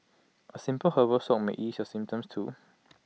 A simple herbal soak may ease your symptoms too